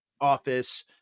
office